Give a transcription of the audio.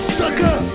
sucker